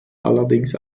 allerdings